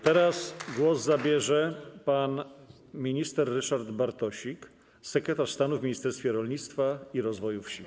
Teraz głos zabierze pan minister Ryszard Bartosik, sekretarz stanu w Ministerstwie Rolnictwa i Rozwoju Wsi.